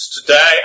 today